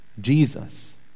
Jesus